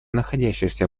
находящихся